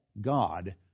God